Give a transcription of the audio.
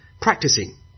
practicing